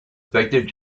affected